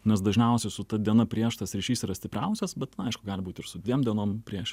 nes dažniausiai su ta diena prieš tas ryšys yra stipriausias bet aišku gali būt ir su dviem dainom prieš